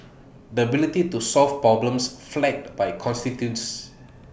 the ability to solve problems flagged by constituents